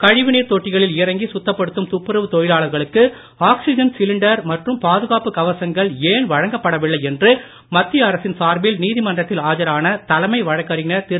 கழிவுநீர் தொட்டிகளில் இறங்கி சுத்தப்படுத்தும் துப்புரவு தொழிலாளர்களுக்கு ஆக்சிஜன் சிலிண்டர் மற்றும் பாதுகாப்பு கவசங்கள் ஏன் வழங்கப்படவில்லை என்று மத்திய அரசின் சார்பில் நீதிமன்றத்தில் ஆஜரான தலைமை வழக்கறிஞர் திரு